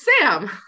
Sam